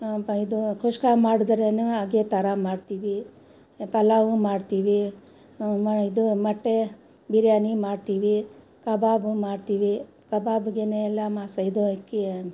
ಇದು ಖುಷ್ಕ ಮಾಡಿದ್ರೇನೇ ಅಗೇ ಥರ ಮಾಡ್ತೀವಿ ಪಲಾವು ಮಾಡ್ತೀವಿ ಇದು ಮೊಟ್ಟೆ ಬಿರಿಯಾನಿ ಮಾಡ್ತೀವಿ ಕಬಾಬು ಮಾಡ್ತೀವಿ ಕಬಾಬ್ಗೆಯೇ ಎಲ್ಲಾ ಮಾಸಾ ಇದು ಹಾಕಿ